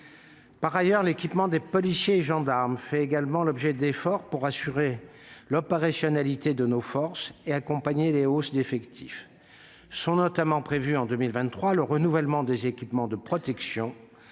Par ailleurs, l'équipement des policiers et gendarmes fait également l'objet d'efforts pour assurer l'opérationnalité de nos forces et accompagner les hausses d'effectifs. Est notamment prévu en 2023 le renouvellement des équipements de protection,